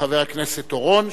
וחבר הכנסת אורון,